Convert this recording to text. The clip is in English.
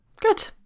Good